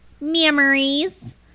memories